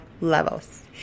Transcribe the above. levels